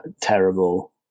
terrible